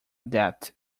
debt